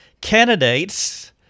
Candidates